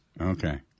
Okay